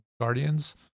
Guardians